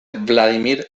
vladímir